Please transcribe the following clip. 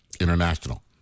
International